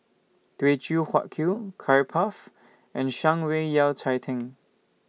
Teochew Huat Kuih Curry Puff and Shan Rui Yao Cai Tang